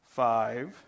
five